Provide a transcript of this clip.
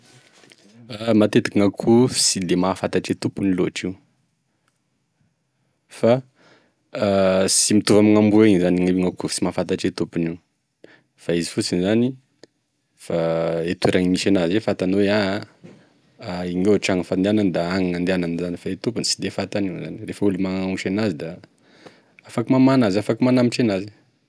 Matetiky gn'akoho sy de mahafantatry e tompony loatry, fa fa sy mitovy amign'amboa igny zany io gn'akoho sy mahafantatre tompony io da izy fotsiny zany fa e toerany misy enazy e fantany hoe io tragno fandianany da agny gnandianany zany, fa e tompony tsy de fantan'io zany fa rehefa olo magnosy enazy da afaky mamahan'azy afaky manambotry enazy.